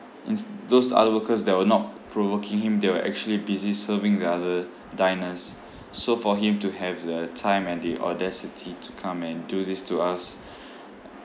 ins those other workers that were not provoking him they were actually busy serving the other diners so for him to have the time and the audacity to come and do this to us